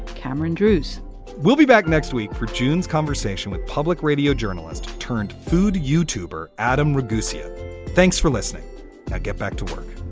cameron drewes we'll be back next week for june's conversation with public radio journalist turned food youtube to ah adam raguse. yeah thanks for listening. i'll get back to work